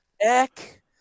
Eck